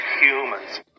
humans